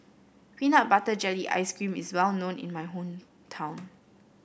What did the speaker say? Peanut Butter Jelly Ice cream is well known in my hometown